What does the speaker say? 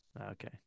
Okay